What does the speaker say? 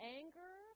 anger